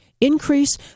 Increase